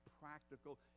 practical